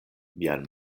mian